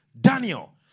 Daniel